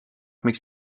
miks